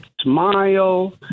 smile